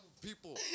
people